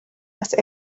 not